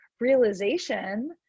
realization